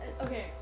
Okay